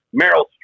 Meryl